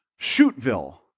Shootville